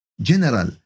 general